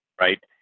right